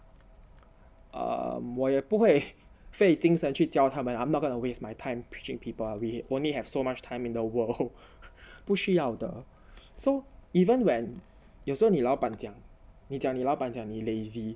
err 我也不会费精神去教他们 I'm not going to waste my time teaching people we only have so much time in the world 不需要的 so even when 有时候你老板讲你讲你老板讲你 lazy